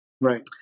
right